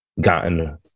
gotten